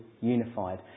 unified